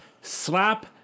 slap